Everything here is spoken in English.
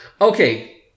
Okay